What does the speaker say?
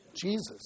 Jesus